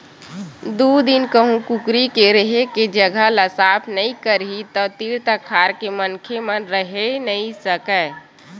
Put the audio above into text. दू दिन कहूँ कुकरी के रेहे के जघा ल साफ नइ करही त तीर तखार के मनखे मन रहि नइ सकय